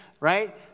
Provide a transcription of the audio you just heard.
right